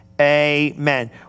amen